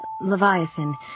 Leviathan